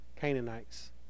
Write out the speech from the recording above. Canaanites